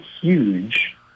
huge